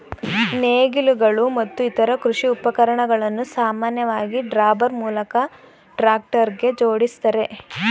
ನೇಗಿಲುಗಳು ಮತ್ತು ಇತರ ಕೃಷಿ ಉಪಕರಣಗಳನ್ನು ಸಾಮಾನ್ಯವಾಗಿ ಡ್ರಾಬಾರ್ ಮೂಲಕ ಟ್ರಾಕ್ಟರ್ಗೆ ಜೋಡಿಸ್ತಾರೆ